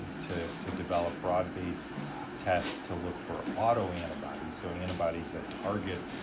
to to develop broad-based tests to look for auto antibodies, so antibodies that target